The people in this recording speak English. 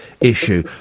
issue